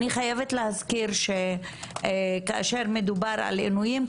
אני חייבת להזכיר שכאשר מדובר על עינויים,